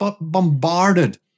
bombarded